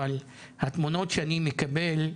אבל התמונות שאני מקבל,